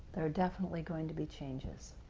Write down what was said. there are definitely going to be changes.